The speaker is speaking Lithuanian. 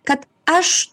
kad aš